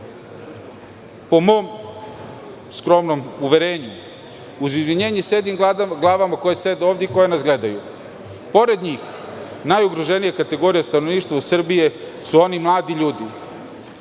po mom skromnom uverenju, uz izvinjenje sedim glavama koje sede ovde i koje nas gledaju, pored njih, najugroženija kategorija stanovništva u Srbiji su oni mladi ljudi